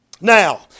Now